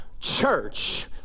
church